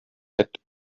had